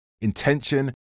intention